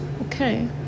Okay